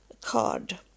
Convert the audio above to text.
card